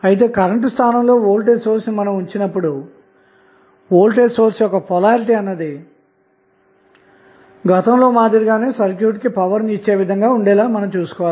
అయితే కరెంటు స్థానంలో voltage source ని ఉంచినప్పుడు వోల్టేజ్ సోర్స్ యోక్క పొలారిటీ అన్నది గతంలో మాదిరిగానే సర్క్యూట్కు పవర్ ని ఇచ్చే విధంగా ఉండేలా చూసుకోవాలి